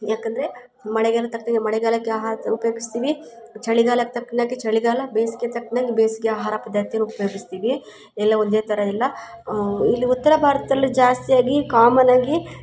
ಯಾಕಂದರೆ ಮಳೆಗಾಲಕ್ಕೆ ತಕ್ಕಂಗೆ ಮಳೆಗಾಲಕ್ಕೆ ಆಹಾರ ಉಪಯೋಗಿಸ್ತೀವಿ ಚಳಿಗಾಲಕ್ಕೆ ತಕ್ನಾಗೆ ಚಳಿಗಾಲ ಬೇಸಿಗೆ ತಕ್ನಾಗೆ ಬೇಸಿಗೆ ಆಹಾರ ಪದ್ಧತಿಯನ್ನು ಉಪಯೋಗಿಸ್ತೀವಿ ಎಲ್ಲ ಒಂದೇ ಥರಯಿಲ್ಲ ಇಲ್ಲಿ ಉತ್ತರ ಭಾರತದಲ್ಲು ಜಾಸ್ತಿಯಾಗಿ ಕಾಮನ್ನಾಗಿ